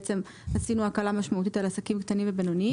ועשינו הקלה משמעותית על עסקים קטנים ובינוניים.